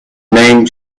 name